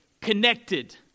connected